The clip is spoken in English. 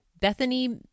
Bethany